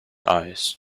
eyes